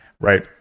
Right